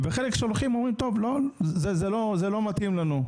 וחלק אומרים שזה לא מתאים להם.